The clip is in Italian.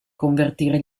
convertire